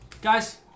Guys